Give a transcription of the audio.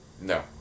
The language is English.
No